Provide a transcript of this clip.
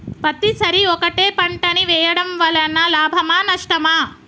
పత్తి సరి ఒకటే పంట ని వేయడం వలన లాభమా నష్టమా?